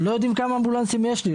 לא יודעים כמה אמבולנסים יש לי.